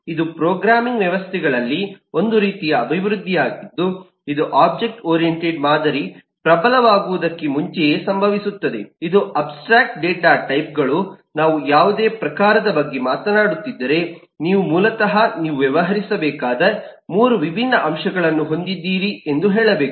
ಇದು ಪ್ರೋಗ್ರಾಮಿಂಗ್ ವ್ಯವಸ್ಥೆಗಳಲ್ಲಿ ಒಂದು ರೀತಿಯ ಅಭಿವೃದ್ಧಿಯಾಗಿದ್ದು ಇದು ಒಬ್ಜೆಕ್ಟ್ ಓರಿಯಂಟೆಡ್ ಮಾದರಿ ಪ್ರಬಲವಾಗುವುದಕ್ಕೆ ಮುಂಚೆಯೇ ಸಂಭವಿಸುತ್ತದೆ ಇದು ಅಬ್ಸ್ಟ್ರಾಕ್ಟ್ ಡೇಟಾ ಟೈಪ್ ಗಳು ನಾವು ಯಾವುದೇ ಪ್ರಕಾರದ ಬಗ್ಗೆ ಮಾತನಾಡುತ್ತಿದ್ದರೆ ನೀವು ಮೂಲತಃ ನೀವು ವ್ಯವಹರಿಸಬೇಕಾದ 3 ವಿಭಿನ್ನ ಅಂಶಗಳನ್ನು ಹೊಂದಿದ್ದೀರಿ ಎಂದು ಹೇಳಬೇಕು